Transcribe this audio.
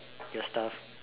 your stuff